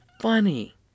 funny